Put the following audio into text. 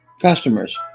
customers